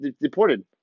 deported